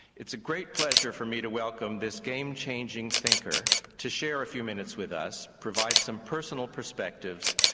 it's a great pleasure for me to welcome this game changing thinker to share a few minutes with us, provide some personal perspectives.